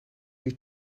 you